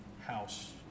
house